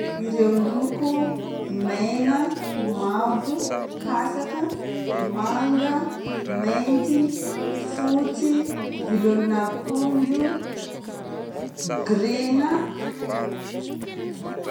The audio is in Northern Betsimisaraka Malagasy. Ireo loko: megna, mavo, hasaka, manga, mainty, fotsy vilolon'akondro, grénà.